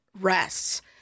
rests